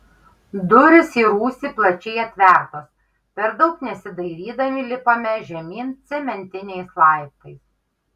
durys į rūsį plačiai atvertos per daug nesidairydami lipame žemyn cementiniais laiptais